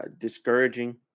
Discouraging